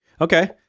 okay